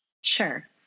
Sure